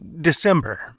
December